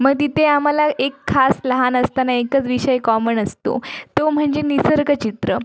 मग तिथे आम्हाला एक खास लहान असताना एकच विषय कॉमन असतो तो म्हणजे निसर्गचित्र